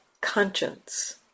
conscience